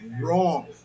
Wrong